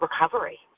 recovery